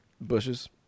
bushes